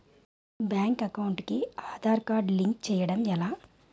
Bank account కి Aadhaar card link చేయడం ఎలా?